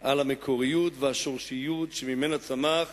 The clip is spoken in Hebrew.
על המקוריות והשורשיות שממנה צמח